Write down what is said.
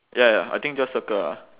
ya ya I think just circle ah